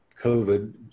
covid